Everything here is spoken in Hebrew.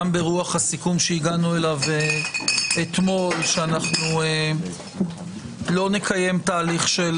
גם ברוח הסיכום שהגענו אליו אתמול שלא נקיים תהילךשל